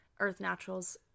earthnaturals